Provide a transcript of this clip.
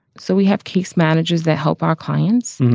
so we have case managers that help our clients.